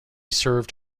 served